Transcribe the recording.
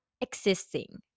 existing